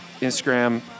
Instagram